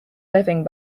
living